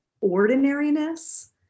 ordinariness